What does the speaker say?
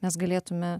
mes galėtume